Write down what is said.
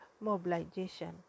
mobilization